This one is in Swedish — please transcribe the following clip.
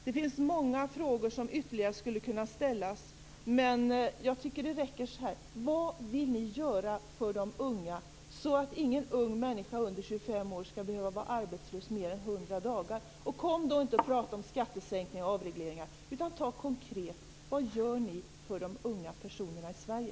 Det finns många ytterligare frågor som skulle kunna ställas, men jag tycker att det räcker så här. Vad vill ni göra för att ingen människa under 25 år skall behöva vara arbetslös mer än 100 dagar? Och kom då inte och prata om skattesänkningar och avregleringar, utan tala om konkret vad ni gör för de unga personerna i Sverige.